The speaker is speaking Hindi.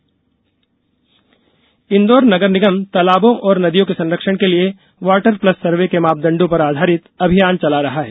नदी तालाब संरक्षण इंदौर नगर निगम तालाबों और नदियों के संरक्षण के लिए वॉटर प्लस सर्वे के मापदंडों पर आधारित अभियान चला रहा है